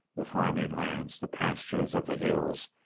the farming lands, the pastures of the hills,